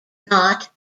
not